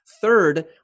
Third